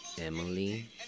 Emily